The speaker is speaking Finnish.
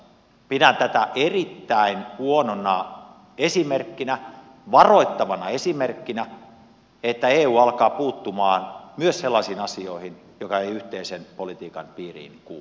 pidän tätä erittäin huonona esimerkkinä varoittavana esimerkkinä siitä että eu alkaa puuttumaan myös sellaisiin asioihin jotka eivät yhteisen politiikan piiriin kuulu